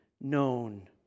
known